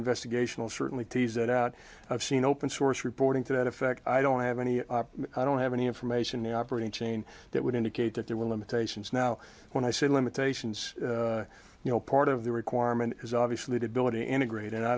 investigation will certainly tease that out i've seen open source reporting to that effect i don't have any i don't have any information in operating chain that would indicate that there were limitations now when i say limitations you know part of the requirement is obviously debility integrate and i